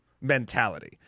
mentality